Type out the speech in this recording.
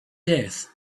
death